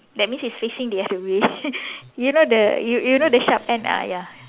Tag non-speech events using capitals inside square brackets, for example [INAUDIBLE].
that means it's facing the other way [LAUGHS] you know the you you know the sharp end ah ya